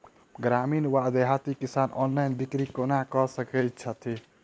ग्रामीण वा देहाती किसान ऑनलाइन बिक्री कोना कऽ सकै छैथि?